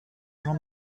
jean